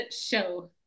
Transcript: show